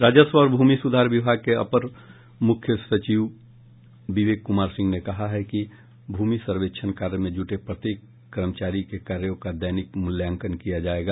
राजस्व और भूमि सुधार विभाग के अपर मुख्य सचिव विवेक क्मार सिंह ने कहा है कि भूमि सर्वेक्षण कार्य में जुटे प्रत्येक कर्मचारी के कार्यों का दैनिक मूल्यांकन किया जायेगा